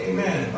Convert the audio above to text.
Amen